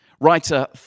Writer